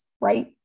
right